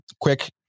quick